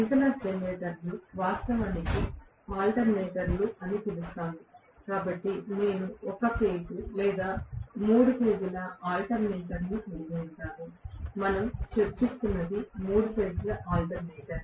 synchronous జనరేటర్లు వాస్తవానికి ఆల్టర్నేటర్లు అని పిలువబడతాయి కాబట్టి నేను ఒకే ఫేజ్ లేదా మూడు ఫేజ్ ల ఆల్టర్నేటర్ కలిగి ఉంటాను మనం చర్చిస్తున్నది మూడు ఫేజ్ ల ఆల్టర్నేటర్